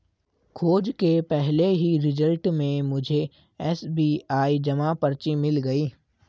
खोज के पहले ही रिजल्ट में मुझे एस.बी.आई जमा पर्ची मिल गई